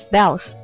Bells